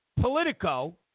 Politico